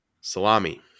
Salami